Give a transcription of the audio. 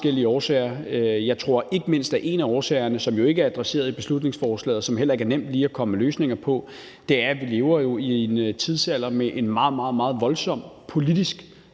forskellige årsager. Jeg tror ikke mindst, at en af årsagerne, som jo ikke er adresseret i beslutningsforslaget, og som heller ikke er nemt lige at komme med løsninger på, er, at vi lever i en tidsalder med en meget, meget voldsom politisk